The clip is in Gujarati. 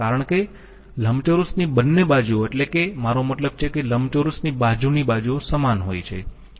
કારણ કે લંબચોરસની બંને બાજુઓ એટલે કે મારો મતલબ છે કે લંબચોરસની બાજુની બાજુઓ સમાન હોય છે